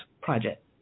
project